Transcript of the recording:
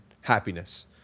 happiness